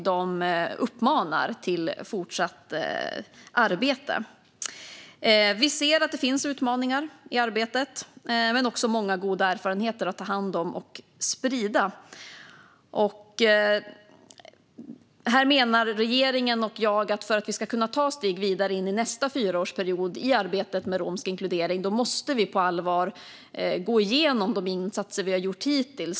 De uppmanar också till fortsatt arbete. Vi ser att det finns utmaningar i arbetet, men det finns också många goda erfarenheter att ta hand om och sprida. Här menar regeringen och jag att för att vi ska kunna ta steg vidare in i nästa fyraårsperiod i arbetet med romsk inkludering måste vi på allvar gå igenom de insatser som vi har gjort hittills.